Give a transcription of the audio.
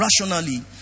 rationally